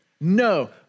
No